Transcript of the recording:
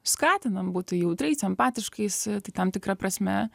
skatinam būti jautriais empatiškais tai tam tikra prasme